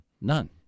None